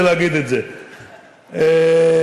דני,